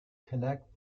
connect